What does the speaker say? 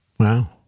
Wow